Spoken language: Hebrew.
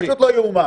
פשוט לא ייאמן.